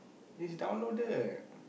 is downloaded